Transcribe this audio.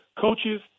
coaches